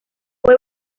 fue